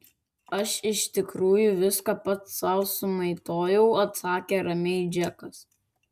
aš iš tikrųjų viską pats sau sumaitojau atsakė ramiai džekas